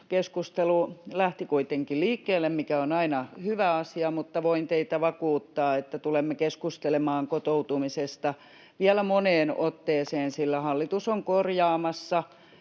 Keskustelu lähti kuitenkin liikkeelle, mikä on aina hyvä asia, mutta voin teille vakuuttaa, että tulemme keskustelemaan kotoutumisesta vielä moneen otteeseen, sillä hallitus on korjaamassa